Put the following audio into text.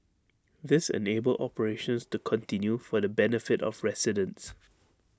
this enabled operations to continue for the benefit of residents